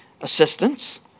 assistance